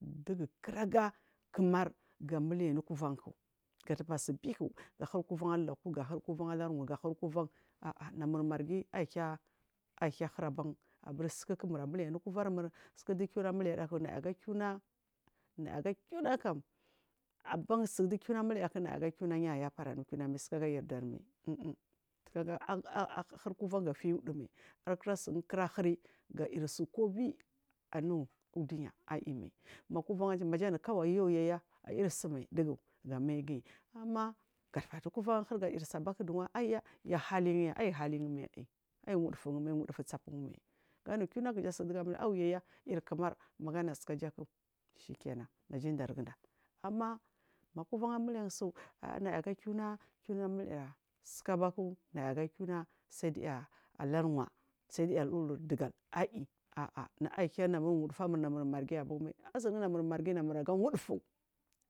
Dugu kuraga kumar muliya nukuvanku gadubari subiku gahuri kuvan alulaku gahuri kuvan alulauku gahuri kuran adarira ahah namur marghi aiyi hiya huri ban mai bursuku mura muliy anu kuvarmur sukudu kiuna muliya daku naya kwina, kiuna kam aban sudu kiuna amuliyada banku nayaga kiuna niyu ayatari anu kiunamai sukagu ayardarmai um um sukagu suka yardarmai sukagu suka huri kuvan gafiya udumai arkra sungu kura huri yirisu kobiku udunya ayimai makuvanu kawan aya yau yaya ayiri sumai dugu gamalguyu ama gatufari du kuvan amuliya subank duwa aya ya halengu ya haligumai aiyi wudifun tsapun mai ganu kiuna kuja sundugu muliyada auwu yaya yir kumar magu anuska ja kujaku shikina naja indargunda ama ma kuvan amuhyarsu ahnaga kiuna kiuna muliyada sukubaku naya kiuna salduya alarwa saidu ya aludur dugal aiyi ahah naya hiya anuwudufa mur namur marghi aiyi ban mai asungu namur marghi aga wufufu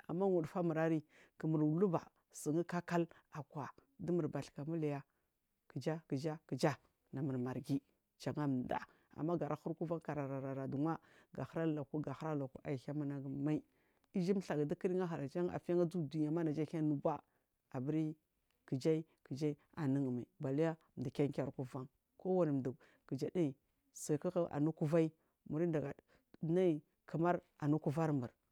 ama wudufa murari kumur luba ungu kakal kwa du mur bathuka muliya kuja kuja kuja namur marghi jan amda ama gara huri kuvan karara duwa ahur alulauk gahuri alu lauku aiyi hiya munagu mai iju mikagu du kurun ma unga ahalaa ungafiya gu azu duniya ma ahudana ban mai aburi kujay kujay anu mai bali mdu kinkir kuvan kowani mdu kuja dayi sukuku anu kuvanyi mura ndaga nayi kumara nu kuvanmur.